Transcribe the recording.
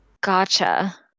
gotcha